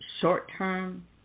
short-term